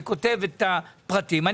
אני כותב את הפרטים,